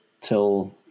till